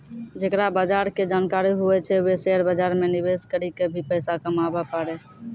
जेकरा बजार के जानकारी हुवै छै वें शेयर बाजार मे निवेश करी क भी पैसा कमाबै पारै